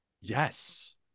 Yes